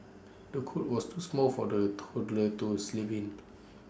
the cot was too small for the toddler to sleep in